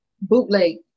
bootleg